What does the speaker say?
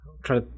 Try